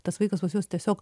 tas vaikas pas juos tiesiog